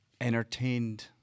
entertained